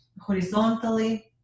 horizontally